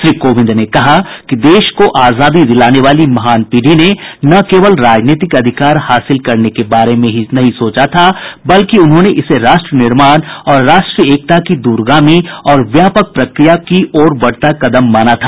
श्री कोविंद ने कहा कि देश को आजादी दिलाने वाली महान पीढ़ी ने केवल राजनीतिक अधिकार हासिल करने के बारे में ही नहीं सोचा था बल्कि उन्होंने इसे राष्ट्र निर्माण और राष्ट्रीय एकता की द्रगामी और व्यापक प्रक्रिया की ओर बढ़ता कदम माना था